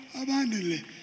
abundantly